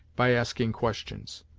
by asking questions.